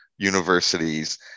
universities